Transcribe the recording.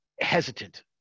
hesitant